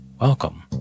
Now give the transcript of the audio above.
Welcome